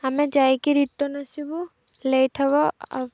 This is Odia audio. ଆମେ ଯାଇକି ରିଟର୍ନ ଆସିବୁ ଲେଟ୍ ହବ